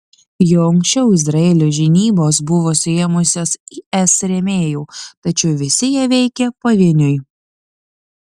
jau anksčiau izraelio žinybos buvo suėmusios is rėmėjų tačiau visi jie veikė pavieniui